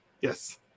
Yes